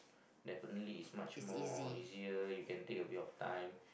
definitely is much more easier you can take a bit of time